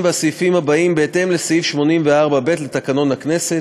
והסעיפים הבאים בהתאם לסעיף 84(ב) לתקנון הכנסת,